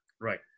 Right